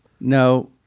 No